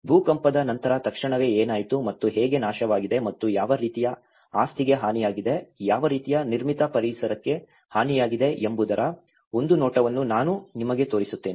ಭೂಕಂಪದ ನಂತರ ತಕ್ಷಣವೇ ಏನಾಯಿತು ಮತ್ತು ಹೇಗೆ ನಾಶವಾಗಿದೆ ಮತ್ತು ಯಾವ ರೀತಿಯ ಆಸ್ತಿಗೆ ಹಾನಿಯಾಗಿದೆ ಯಾವ ರೀತಿಯ ನಿರ್ಮಿತ ಪರಿಸರಕ್ಕೆ ಹಾನಿಯಾಗಿದೆ ಎಂಬುದರ ಒಂದು ನೋಟವನ್ನು ನಾನು ನಿಮಗೆ ತೋರಿಸುತ್ತೇನೆ